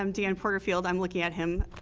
um dan porterfield, i'm looking at him.